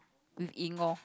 with Ying loh